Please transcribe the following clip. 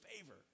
favor